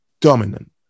Dominant